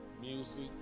music